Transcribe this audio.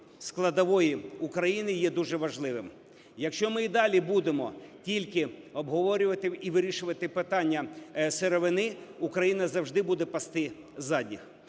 складової України є дуже важливим. Якщо ми і далі будемо тільки обговорювати і вирішувати питання сировини, Україна завжди буде пасти задніх.